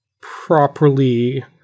properly